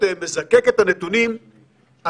נתוני איכון של מכשיר טלפון נייד,